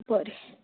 बरें